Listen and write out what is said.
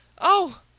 Oh